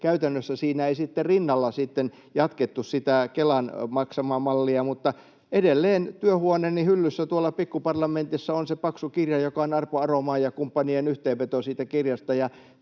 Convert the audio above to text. käytännössä siinä ei sitten rinnalla jatkettu sitä Kelan maksamaa mallia, mutta edelleen työhuoneeni hyllyssä tuolla Pikkuparlamentissa on se paksu kirja, joka on Arpo Aromaan ja kumppanien yhteenveto siitä kirjasta.